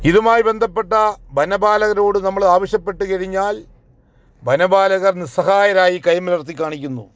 ഇതുമായി ബന്ധപ്പെട്ട വനപാലകരോട് നമ്മൾ ആവശ്യപ്പെട്ട് കഴിഞ്ഞാൽ വനപാലകർ നിസ്സഹായകരായി കൈ മലർത്തി കാണിക്കുന്നു